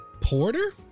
Porter